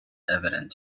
evident